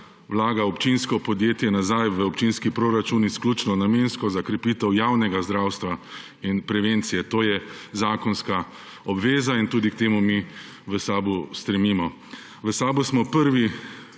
vlaga občinsko podjetje nazaj v občinski proračun izključno namensko za krepitev javnega zdravstva in prevencije. To je zakonska obveza in tudi k temu mi v SAB stremimo. V SAB smo prvi